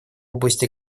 области